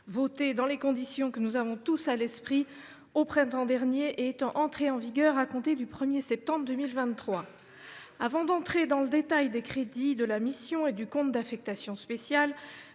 votée dans les conditions que nous avons tous à l’esprit au printemps dernier et entrée en vigueur à compter du 1 septembre 2023. Avant d’entrer dans le détail des crédits de la mission et du compte d’affectation spéciale,